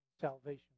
salvation